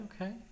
okay